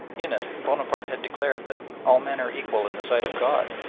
in it bonaparte had declared that all men are equal in the sight of god.